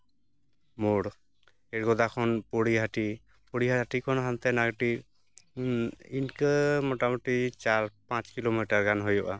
ᱢᱳᱲ ᱮᱲᱜᱚᱫᱟ ᱠᱷᱚᱱ ᱯᱚᱲᱤᱦᱟᱹᱴᱤ ᱯᱚᱲᱤᱦᱟᱹᱴᱤ ᱠᱷᱚᱱ ᱦᱟᱱᱛᱮ ᱟᱨ ᱠᱟᱹᱴᱤᱡ ᱤᱱᱠᱟᱹ ᱢᱚᱴᱟᱢᱩᱴᱤ ᱛᱤᱱ ᱪᱟᱨ ᱯᱟᱸᱪ ᱠᱤᱞᱳᱢᱤᱴᱟᱨ ᱜᱟᱱ ᱦᱩᱭᱩᱜᱼᱟ